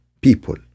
people